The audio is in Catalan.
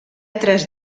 tres